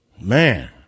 man